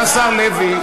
מה הקשר?